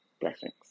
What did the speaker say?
Blessings